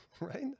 right